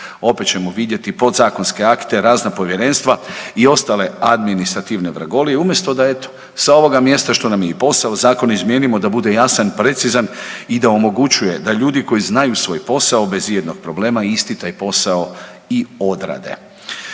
Opet ćemo vidjeti podzakonske akte, razna povjerenstva i ostale administrativne vragolije, umjesto da eto sa ovoga mjesta što nam je i posao zakon izmijenimo da bude jasan i precizan i da omogućuje da ljudi koji znaju svoj posao bez i jednog problema isti taj posao i odrade.